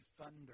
thunder